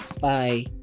Bye